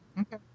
Okay